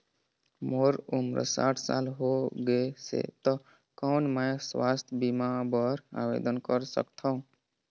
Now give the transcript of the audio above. मोर उम्र साठ साल हो गे से त कौन मैं स्वास्थ बीमा बर आवेदन कर सकथव?